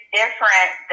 different